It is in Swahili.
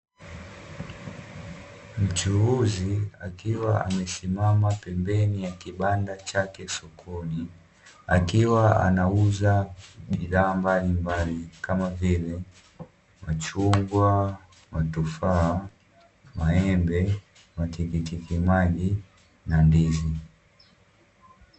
Mchuuzi akiwa amesimama pembeni ya kibanda chake sokoni akiwa anauza bidhaa mbalimbali kama vile machungwa, matufaa, maembe, matikiti maji na ndizi.